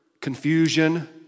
confusion